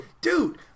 dude